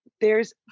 there's-